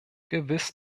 gewiss